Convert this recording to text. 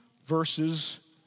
verses